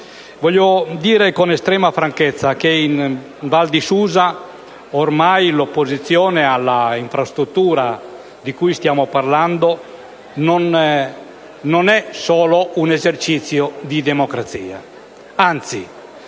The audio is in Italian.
presente con estrema franchezza che in Val di Susa ormai l'opposizione alla realizzazione dell'infrastruttura di cui stiamo parlando non è solo un esercizio di democrazia, anzi